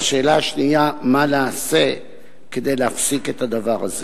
והשאלה השנייה: מה נעשה כדי להפסיק את הדבר הזה?